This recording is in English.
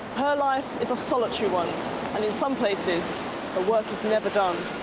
her life is a solitary one and, in some places, her work is never done.